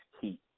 heat